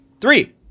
Three